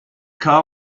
car